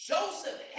Joseph